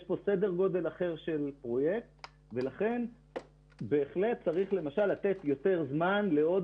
יש כאן סדר גודל אחר של פרויקט ולכן צריך בהחלט למשל לתת יותר זמן להוד